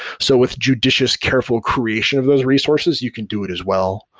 so with judicious careful creation of those resources, you can do it as well.